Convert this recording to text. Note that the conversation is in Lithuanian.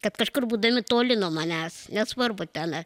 kad kažkur būdami toli nuo manęs nesvarbu ten